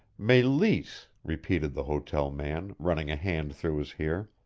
meleese repeated the hotel man, running a hand through his hair.